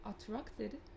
attracted